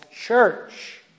church